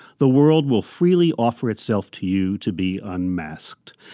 the world will freely offer itself to you to be unmasked.